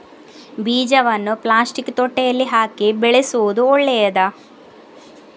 ಬೀಜವನ್ನು ಪ್ಲಾಸ್ಟಿಕ್ ತೊಟ್ಟೆಯಲ್ಲಿ ಹಾಕಿ ಬೆಳೆಸುವುದು ಒಳ್ಳೆಯದಾ?